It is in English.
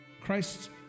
Christ's